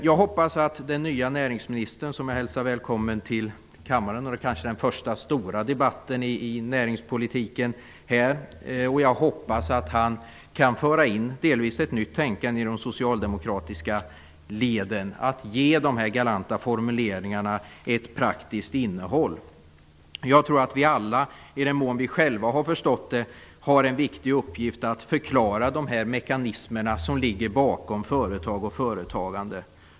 Jag hälsar den nye näringsministern välkommen till kammaren och till kanske den första stora debatten om näringspolitiken. Jag hoppas att han delvis kan föra in ett nytt tänkande i de socialdemokratiska leden och ge dessa galanta formuleringar ett praktiskt innehåll. Jag tror att vi alla i den mån vi själva har förstått det har en viktig uppgift att för många människor förklara de mekanismer som ligger bakom företag och företagande.